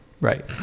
right